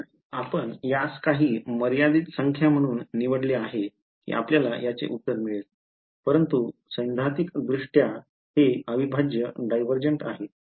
आपण यास काही मर्यादित संख्या म्हणून निवडले आहे की आपल्याला याचे उत्तर मिळेल परंतु सैद्धांतिकदृष्ट्या हे अविभाज्य divergentआहे